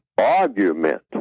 argument